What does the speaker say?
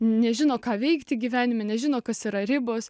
nežino ką veikti gyvenime nežino kas yra ribos